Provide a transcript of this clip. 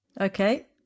okay